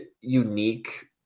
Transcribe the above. unique